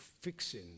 Fixing